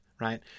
right